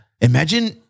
Imagine